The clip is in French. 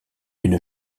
une